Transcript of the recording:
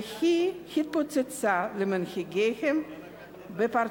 והיא התפוצצה למנהיגים בפרצוף.